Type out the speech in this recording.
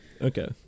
Okay